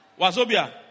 Wazobia